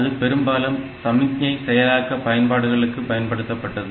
அது பெரும்பாலும் சமிக்ஞை செயலாக்க பயன்பாடுகளுக்கு பயன்படுத்தப்பட்டது